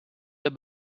der